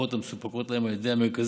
הארוחות המסופקות להם על ידי המרכזים